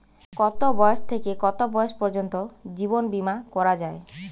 কতো বয়স থেকে কত বয়স পর্যন্ত জীবন বিমা করা যায়?